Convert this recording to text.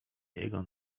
jego